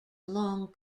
long